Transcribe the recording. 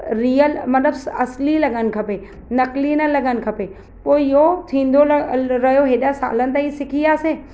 real मतिलबु असुली लॻनि खपे नक़ुली न लॻनि खपे पोइ इहो थींदो रहियो हेॾा सालनि ताईं सिखी वियासीं